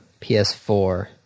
PS4